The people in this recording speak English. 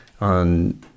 on